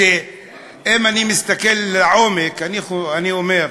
אם אני מסתכל לעומק אני אומר: